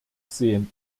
sehen